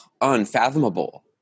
unfathomable